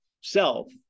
self